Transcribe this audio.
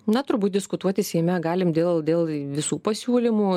na turbūt diskutuoti seime galim dėl dėl visų pasiūlymų